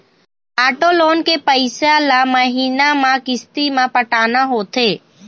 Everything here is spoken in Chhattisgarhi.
आटो लोन के पइसा ल महिना म किस्ती म पटाना होथे